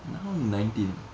now he nineteen ah